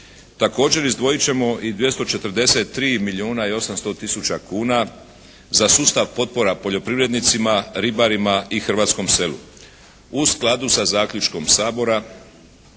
Također izdvojit ćemo i 243 milijuna i 800 tisuća kuna za sustav potpora poljoprivrednicima, ribarima i hrvatskom selu. U skladu sa zaključkom Sabora